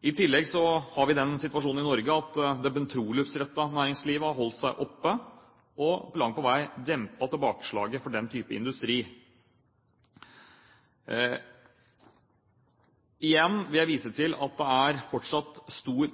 I tillegg har vi den situasjonen i Norge at det petroleumsrettede næringslivet har holdt seg oppe og langt på vei dempet tilbakeslaget for den type industri. En samlet komité peker på at det fortsatt er stor